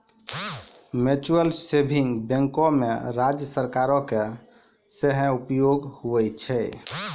mutual saving बैंको मे राज्य सरकारो के सेहो सहयोग होय छै